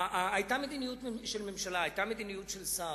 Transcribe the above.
היתה מדיניות של ממשלה, היתה מדיניות של שר,